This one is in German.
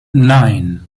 nein